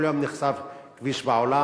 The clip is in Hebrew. כל יום נחסם כביש בעולם.